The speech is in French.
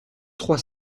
trois